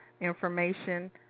information